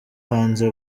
hanze